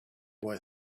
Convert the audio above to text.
boy